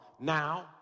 Now